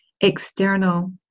external